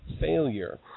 failure